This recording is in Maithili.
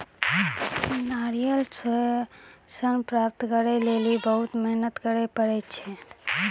नारियल रो सन प्राप्त करै लेली बहुत मेहनत करै ले पड़ै छै